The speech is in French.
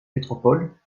métropoles